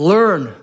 Learn